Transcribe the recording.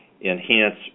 enhance